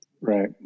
right